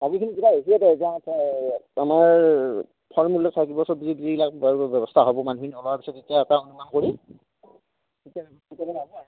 বাকী খিনি কিবা আমাৰ ফল মূল চাকি যিবিলাক ব্যৱস্থা হ'ব মানুহবিলাক ওলোৱাৰ পিছত তেতিয়া এটা অনুমান কৰি